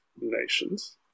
nations